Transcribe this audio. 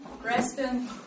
Preston